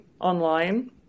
online